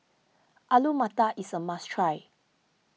Alu Matar is a must try